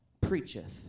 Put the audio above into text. preacheth